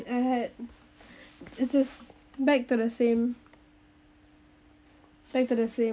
I had it's just back to the same back to the same